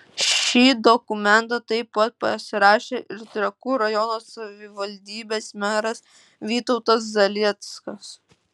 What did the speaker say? šį dokumentą taip pat pasirašė ir trakų rajono savivaldybės meras vytautas zalieckas